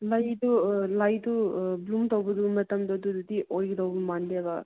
ꯂꯩꯗꯨ ꯕ꯭ꯂꯨꯝ ꯇꯧꯕꯒꯤ ꯃꯇꯝꯗꯨꯗꯤ ꯍꯧꯖꯤꯛꯇꯤ ꯑꯣꯏꯒꯗꯧꯕ ꯃꯥꯟꯗꯦꯕ